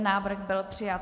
Návrh byl přijat.